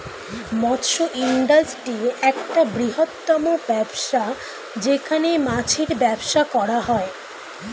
মৎস্য ইন্ডাস্ট্রি একটা বৃহত্তম ব্যবসা যেখানে মাছের ব্যবসা করা হয়